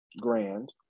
grand